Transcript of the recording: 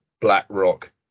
BlackRock